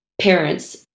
parents